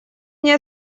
мне